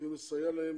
צריכים לסייע להם,